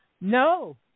No